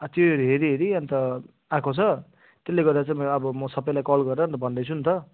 त्यो हेरी हेरी अन्त आएको छ त्यसले गर्दा चाहिँ म मेरो अब सबैलाई कल गरेर अन्त भन्दैछु नि त